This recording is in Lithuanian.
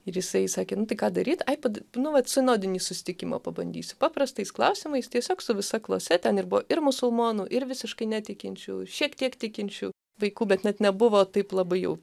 ir jisai įsakinėti ką daryti ai nu vat sinodinį susitikimą pabandysiu paprastais klausimais tiesiog su visa klase ten ir buvo ir musulmonų ir visiškai netikinčių šiek tiek tikinčių vaikų bet net nebuvo taip labai jau